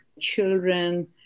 children